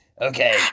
okay